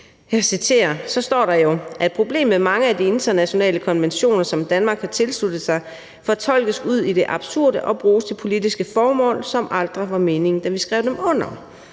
jeg citerer – at problemet med mange af de internationale konventioner, som Danmark har tilsluttet sig, er, at de fortolkes ud i det absurde og bruges til politiske formål, som aldrig var meningen, da vi skrev dem under.